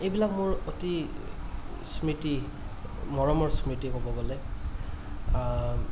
এইবিলাক মোৰ অতি স্মৃতি মৰমৰ স্মৃতি ক'ব গ'লে